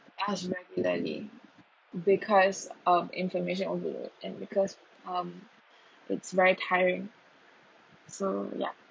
as regularly because of information overload and because um it's very tiring so ya